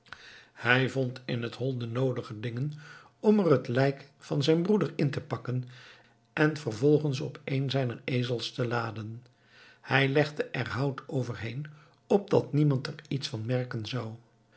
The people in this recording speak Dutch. hij vond in het hol de noodige dingen om er het lijk van zijn broeder in te pakken en vervolgens op een zijner ezels te laden hij legde er hout overheen opdat niemand er iets van merken zou